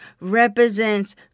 represents